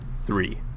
three